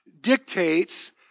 dictates